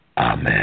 Amen